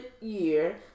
year